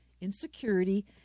insecurity